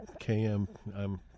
KM